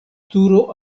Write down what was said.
turo